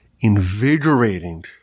invigorating